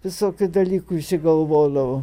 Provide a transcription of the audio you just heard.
visokių dalykų išsigalvodavo